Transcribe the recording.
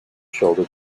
shoulder